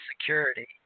security